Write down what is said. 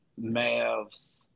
Mavs